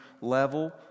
level